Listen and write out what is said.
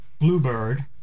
Bluebird